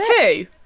two